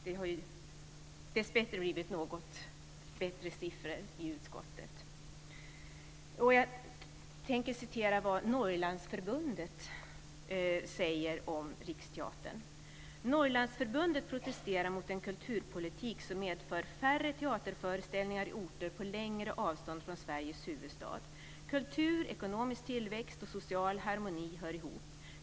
Det har dessbättre blivit något bättre siffror i utskottet. Så här säger Norrlandsförbundet om Riksteatern: Norrlandsförbundet protesterar mot en kulturpolitik som medför färre teaterföreställningar i orter på längre avstånd från Sveriges huvudstad. Kultur, ekonomisk tillväxt och social harmoni hör ihop.